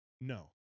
No